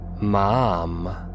Mom